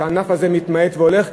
שהענף הזה מתמעט והולך,